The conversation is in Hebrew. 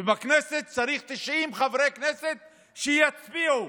ובכנסת צריך 90 חברי כנסת שיצביעו